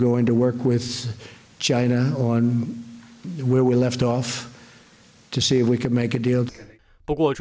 going to work with china on where we left off to see if we can make a deal but